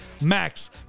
Max